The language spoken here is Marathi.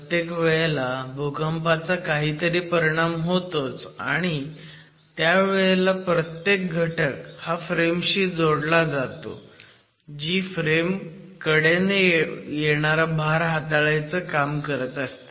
प्रत्येक वेळेला भूकंपाचा काहीतरी परिणाम होतोच आणि आणि त्या वेळेला प्रत्येक घटक हा फ्रेमशी जोडला जतो जी फ्रेम कडेने येणारा भार हाताळायचं काम करते